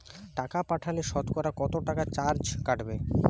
টাকা পাঠালে সতকরা কত টাকা চার্জ কাটবে?